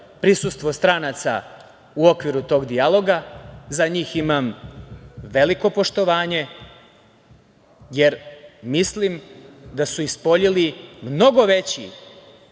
prisustvo stranaca u okviru tog dijaloga, za njih imam veliko poštovanje, jer mislim da su ispoljili mnogo veće